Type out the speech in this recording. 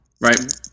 right